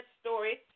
story